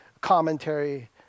commentary